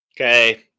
Okay